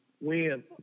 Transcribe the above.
win